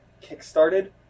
kick-started